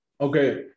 Okay